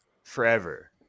forever